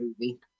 movie